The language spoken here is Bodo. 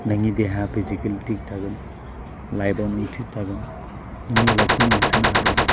नोंनि देहा फिजिकेल थिग थागोन लाइफआव नों थिग थागोन नोंनि लाइफखौ नों होसोनो हागोन